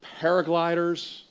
paragliders